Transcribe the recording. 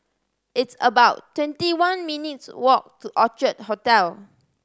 it's about twenty one minutes' walk to Orchard Hotel